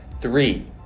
three